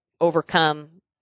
overcome